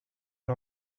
era